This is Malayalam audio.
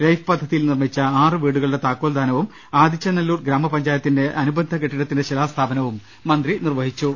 ലൈഫ് പദ്ധതിയിൽ നിർമിച്ച ആറു വീടുകളുടെ താക്കോൽദാനവും ആദിച്ചനല്ലൂർ ഗ്രാമപഞ്ചായത്തിന്റെ അനുബന്ധ കെട്ടിടത്തിന്റെ ശിലാസ്ഥാപനവും മന്ത്രി നിർവഹിച്ചു